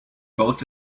both